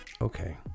Okay